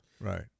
Right